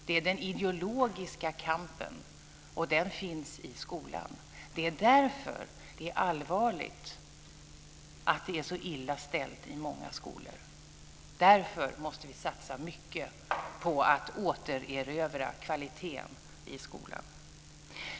Det är den ideologiska kampen, och den finns i skolan. Det är därför som det är allvarligt att det är så illa ställt i många skolor. Därför måste vi satsa mycket på att återerövra kvaliteten i skolan.